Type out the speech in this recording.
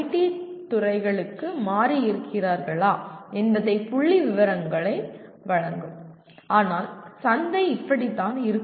D துறைகளுக்கு மாறி இருக்கிறார்களா என்பதை புள்ளி விவரங்களை வழங்கும் ஆனால் சந்தை இப்படி தான் இருக்கும்